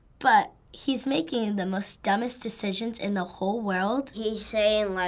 but he's making the most dumbest decisions in the whole world. he's saying, like